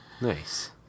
Nice